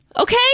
Okay